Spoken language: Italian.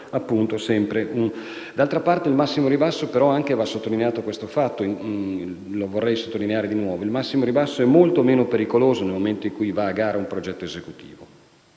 nuovo che il massimo ribasso è molto meno pericoloso nel momento in cui va a gara un progetto esecutivo.